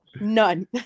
None